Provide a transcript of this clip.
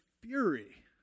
fury